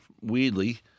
weirdly